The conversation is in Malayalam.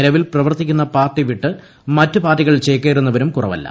നിലവിൽ പ്രവർത്തിക്കുന്ന പാർട്ടി വിട്ട് മറ്റ് പാർട്ടികളിൽ ചേക്കേറുന്നവരും കുറവല്ല